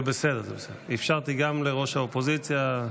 זה בסדר, אפשרתי גם לראש האופוזיציה.